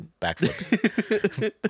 backflips